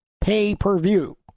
pay-per-view